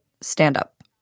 stand-up